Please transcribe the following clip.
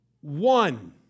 one